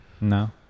No